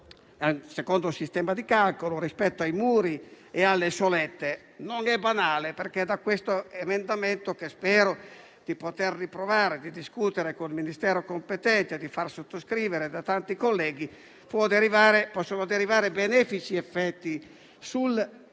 secondo un sistema di calcolo, rispetto ai muri e alle solette. Non è banale, perché da questo emendamento, che spero di poter riproporre e discutere col Ministero competente e di far sottoscrivere da tanti colleghi, possono derivare benefici effetti sul famoso